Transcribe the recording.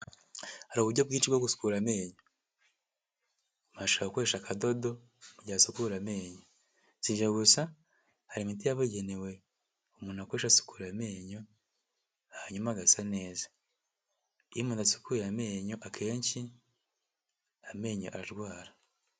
Hari uburyo bwinshi bwo gusukura amenyo. Umuntu ashobora gukoresha akadodo mu gihe asukura amenyo. Si ibyo gusa hari imiti yabugenewe umuntu akoresha asukura amenyo, hanyuma agasa neza. Iyo umuntu adasukuye amenyo akenshi amenyo ararwara.